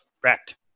Correct